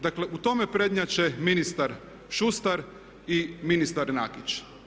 Dakle u tome prednjače ministar Šustar i ministar Nakić.